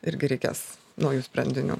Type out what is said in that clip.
irgi reikės naujų sprendinių